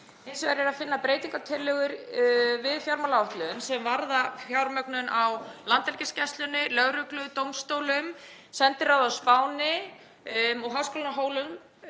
Hins vegar er að finna breytingartillögur við fjármálaáætlun sem varða fjármögnun á Landhelgisgæslunni, lögreglu, dómstólum, sendiráði á Spáni og Háskólanum